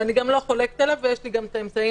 ואני גם לא חולקת עליו ויש לי את האמצעים